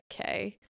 okay